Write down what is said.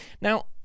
Now